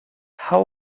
how